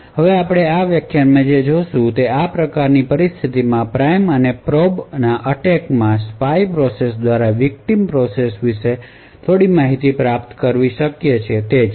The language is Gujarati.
હવે આપણે આ વ્યાખ્યાનમાં જે જોશું તે એ છે કે આ પ્રકારની પરિસ્થિતિમાં પ્રાઇમ અને પ્રોબ ના એટેક માં સ્પાય પ્રોસેસ દ્વારા વિકટીમ પ્રોસેસ વિશે થોડી માહિતી પ્રાપ્ત કરવી શક્ય છે